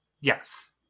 Yes